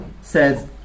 says